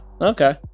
Okay